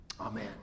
Amen